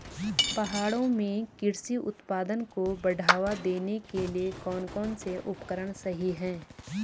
पहाड़ों में कृषि उत्पादन को बढ़ावा देने के लिए कौन कौन से उपकरण सही हैं?